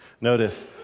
Notice